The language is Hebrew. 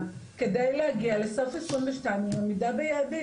כדי להגיע לסוף 2022 עם עמידה ביעדים.